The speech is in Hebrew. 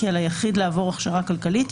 כי על היחיד לעבור הכשרה כלכלית,